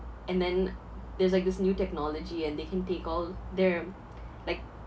and then there's like this new technology and they can take all their like